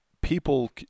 people